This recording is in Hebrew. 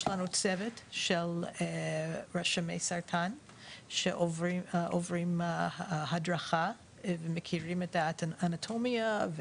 יש לנו צוות של רשמי סרטן שעוברים הדרכה ומכירים את האנטומיה,